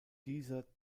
dieser